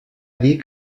dir